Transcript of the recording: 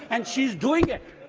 and she's doing it,